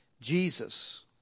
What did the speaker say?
Jesus